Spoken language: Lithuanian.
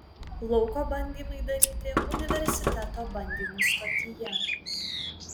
lauko bandymai daryti universiteto bandymų stotyje